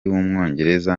w’umwongereza